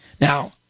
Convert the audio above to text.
Now